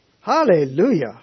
Hallelujah